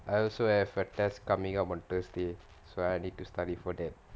I also have a test coming up on thursday so I need to study for that